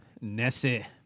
Nessie